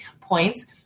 points